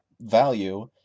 value